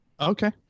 Okay